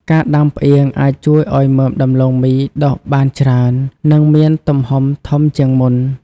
ការដាំផ្អៀងអាចជួយឱ្យមើមដំឡូងមីដុះបានច្រើន និងមានទំហំធំជាងមុន។